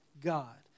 God